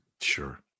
Sure